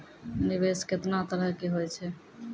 निवेश केतना तरह के होय छै?